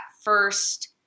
first